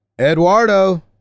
Eduardo